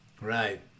Right